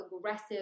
aggressive